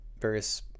various